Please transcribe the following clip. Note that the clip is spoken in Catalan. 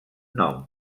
nom